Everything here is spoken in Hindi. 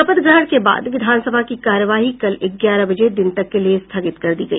शपथ ग्रहण के बाद विधानसभा की कार्यवाही कल ग्यारह बजे दिन तक के लिए स्थगित कर दी गई